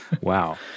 Wow